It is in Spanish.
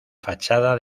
fachada